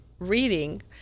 reading